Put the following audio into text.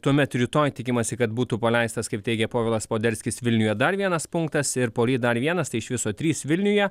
tuomet rytoj tikimasi kad būtų paleistas kaip teigė povilas poderskis vilniuje dar vienas punktas ir poryt dar vienas tai iš viso trys vilniuje